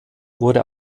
wurde